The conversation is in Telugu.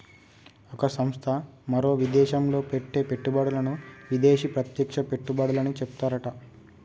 ఒక సంస్థ మరో విదేశంలో పెట్టే పెట్టుబడులను విదేశీ ప్రత్యక్ష పెట్టుబడులని చెప్తారట